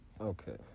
Okay